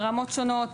ברמות שונות,